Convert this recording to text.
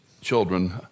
children